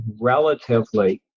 relatively